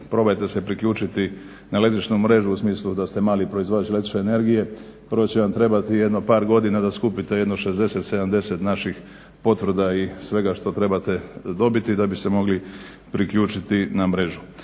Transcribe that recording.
probajte se priključiti na električnu mrežu u smislu da ste mali proizvođač električne energije. Prvo će vam trebati jedno par godina da skupite jedno 60, 70 naših potvrda i svega što trebate dobiti da biste mogli priključiti na mrežu.